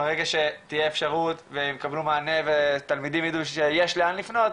ברגע שתהיה אפשרות ויקבלו מענה ותלמידים ידעו שיש לאן לפנות,